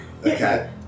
Okay